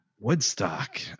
Woodstock